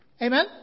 Amen